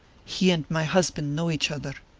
he and my husband know each other.